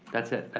that's it. ah